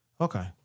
Okay